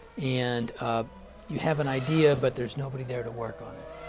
and you have an idea, but there's nobody there to work on it.